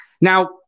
Now